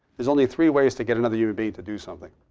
there's only three ways to get another human being to do something.